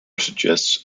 suggests